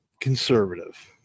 conservative